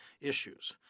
issues